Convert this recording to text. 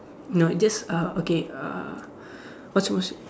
no just uh okay uh what's your most